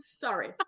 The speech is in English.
sorry